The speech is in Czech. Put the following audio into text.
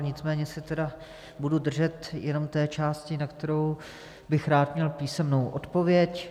Nicméně se tedy budu držet jen té části, na kterou bych rád měl písemnou odpověď.